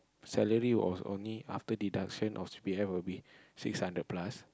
salary was only after deduction of c_p_f will be six hundred plus